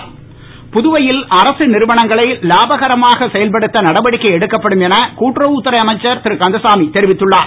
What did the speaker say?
கந்தசாமி புதுவையில் அரசு நிறுவனங்களை லாபகரமாக செயல்படுத்த நடவடிக்கை எடுக்கப்படும் என கூட்டுறவுத் துறை அமைச்சர் திரு கந்தசாமி தெரிவித்துள்ளார்